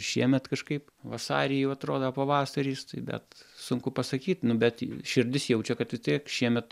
šiemet kažkaip vasarį jau atrodo pavasaris bet sunku pasakyt nu bet širdis jaučia kad vis tiek šiemet